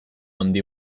handi